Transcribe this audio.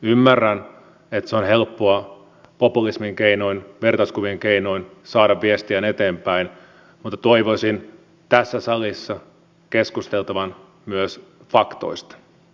ymmärrän että on helppoa populismin keinoin vertauskuvien keinoin saada viestiään eteenpäin mutta toivoisin tässä salissa keskusteltavan myös faktoista